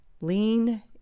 Lean